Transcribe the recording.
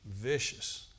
vicious